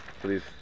please